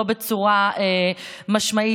לא בצורה מהירה,